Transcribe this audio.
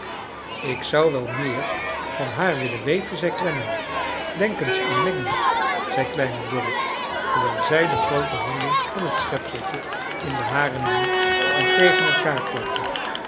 ik zou wel meer van haar willen weten zei clennam denk eens aan maggy zei kleine dorrit terwijl zij de groote handen van het schejpseltje in de hare nam en tegen elkaar klapte